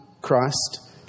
Christ